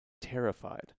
terrified